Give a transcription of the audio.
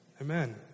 Amen